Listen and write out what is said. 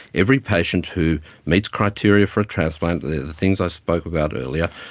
every patient who meets criteria for a transplant, the things i spoke about earlier,